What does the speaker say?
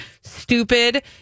stupid